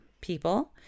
people